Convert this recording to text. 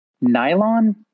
nylon